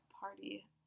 party